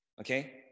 okay